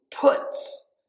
puts